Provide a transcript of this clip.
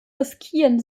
riskieren